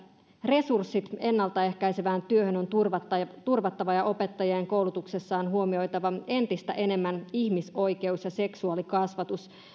resurssit ennaltaehkäisevään työhön on turvattava ja turvattava ja opettajien koulutuksessa on huomioitava entistä enemmän ihmisoikeus ja seksuaalikasvatus